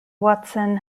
watson